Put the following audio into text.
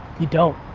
you don't.